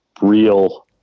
real